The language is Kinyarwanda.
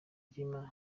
ry’imana